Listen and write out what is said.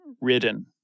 Ridden